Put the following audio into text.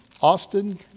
Austin